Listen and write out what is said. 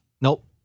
Nope